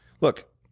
look